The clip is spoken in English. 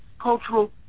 Cultural